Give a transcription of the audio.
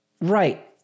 Right